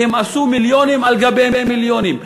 והם עשו מיליונים על גבי מיליונים.